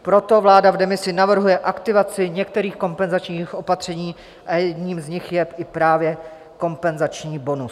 Proto vláda v demisi navrhuje aktivaci některých kompenzačních opatření a jedním z nich je i právě kompenzační bonus.